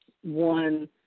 one